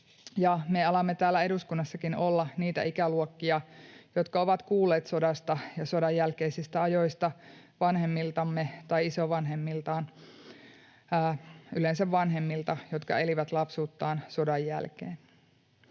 me alamme täällä eduskunnassakin olla niitä ikäluokkia, jotka ovat kuulleet sodasta ja sodan jälkeisistä ajoista vanhemmiltaan tai isovanhemmiltaan, yleensä vanhemmilta, jotka elivät lapsuuttaan sodan jälkeen.